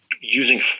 using